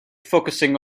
focusing